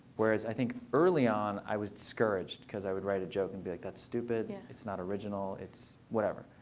whereas i think early on i was discouraged, because i would write a joke and be, that's stupid. it's not original. it's whatever.